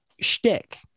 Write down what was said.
shtick